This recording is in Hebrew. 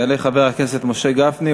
יעלה חבר הכנסת משה גפני,